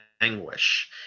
anguish